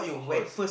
what hall is